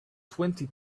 twenty